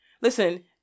listen